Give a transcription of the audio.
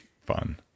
fun